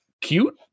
Cute